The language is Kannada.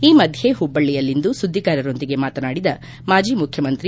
ಈ ಮಧ್ಯೆ ಹುಬ್ಬಳ್ಳಿಯಲ್ಲಿಂದು ಸುದ್ದಿಗಾರರೊಂದಿಗೆ ಮಾತನಾಡಿದ ಮಾಜಿ ಮುಖ್ಚಮಂತ್ರಿ